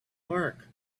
dark